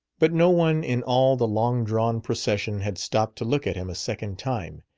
but no one in all the long-drawn procession had stopped to look at him a second time.